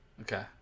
okay